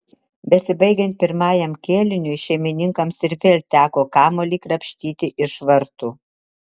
besibaigiant pirmajam kėliniui šeimininkams ir vėl teko kamuolį krapštyti iš vartų